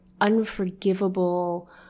unforgivable